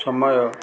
ସମୟ